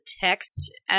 text